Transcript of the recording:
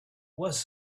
was